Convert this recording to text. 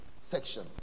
section